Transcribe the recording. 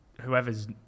whoever's